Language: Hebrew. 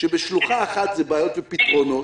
בשלוחה אחת זה בעיות ופתרונות,